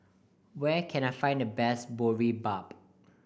where can I find the best Boribap